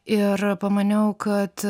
ir pamaniau kad